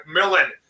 McMillan